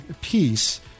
peace